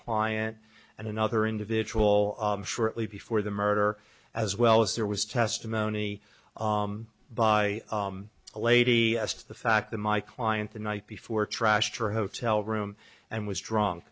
client and another individual shortly before the murder as well as there was testimony by a lady as to the fact that my client the night before trashed her hotel room and was drunk